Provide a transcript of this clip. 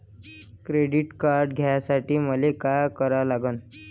Credit card घ्यासाठी मले का करा लागन?